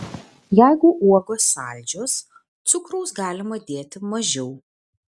jeigu uogos saldžios cukraus galima dėti mažiau